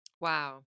Wow